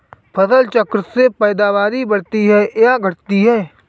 फसल चक्र से पैदावारी बढ़ती है या घटती है?